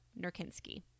Nurkinski